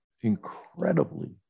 incredibly